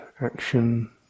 action